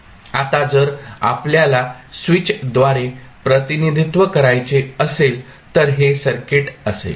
आता जर आपल्याला स्विचद्वारे प्रतिनिधित्व करायचे असेल तर हे सर्किट असेल